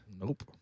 Nope